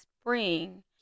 spring